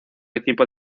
equipo